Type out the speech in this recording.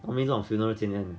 I mean 这种 funeral 几点